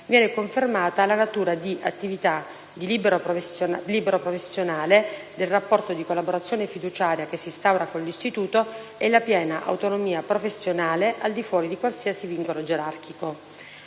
viene confermata «la natura di attività libero-professionale del rapporto di collaborazione fiduciaria che si instaura con l'Istituto e la piena autonomia professionale al di fuori di qualsiasi vincolo gerarchico».